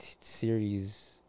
series